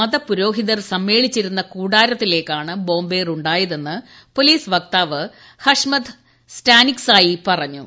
മതപുരോഹിതർ സമ്മേളിച്ചിരുന്ന കൂടാരത്തിലേക്കാണ് ബോംബേറു ായതെന്ന് പോലീസ് വക്താവ് ഹഷ്മത് സ്റ്റാനിക്സായി പറഞ്ഞു